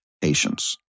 Patience